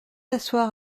asseoir